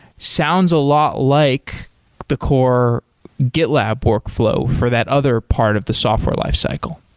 sounds a lot like the core gitlab workflow for that other part of the software lifecycle.